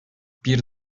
bir